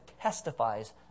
testifies